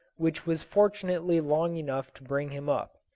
which was fortunately long enough to bring him up.